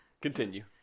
Continue